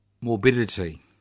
morbidity